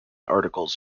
articles